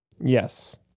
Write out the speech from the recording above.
Yes